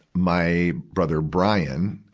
my brother, brian,